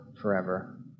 forever